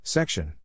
Section